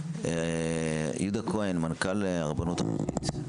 יהודה כהן, מנכ"ל הרבנות הראשית.